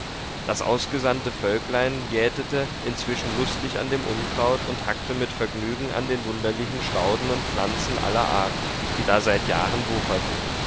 das ausgesandte völklein jätete inzwischen lustig an dem unkraut und hackte mit vergnügen an den wunderlichen stauden und pflanzen aller art die da seit jahren wucherten